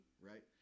right